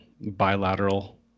bilateral